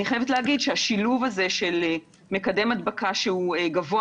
אני חייבת להגיד שהשילוב הזה של מקדם הדבקה שהוא גבוה